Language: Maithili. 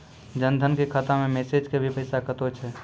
जन धन के खाता मैं मैसेज के भी पैसा कतो छ?